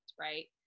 right